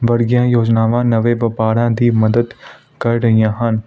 ਵਰਗੀਆਂ ਯੋਜਨਾਵਾਂ ਨਵੇਂ ਵਪਾਰਾਂ ਦੀ ਮਦਦ ਕਰ ਰਹੀਆਂ ਹਨ